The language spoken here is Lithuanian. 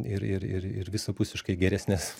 ir ir ir ir visapusiškai geresnes